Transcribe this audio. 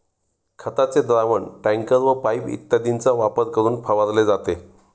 खताचे द्रावण टँकर व पाइप इत्यादींचा वापर करून फवारले जाते